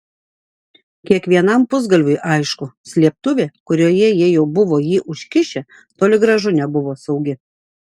kiekvienam pusgalviui aišku slėptuvė kurioje jie jau buvo jį užkišę toli gražu nebuvo saugi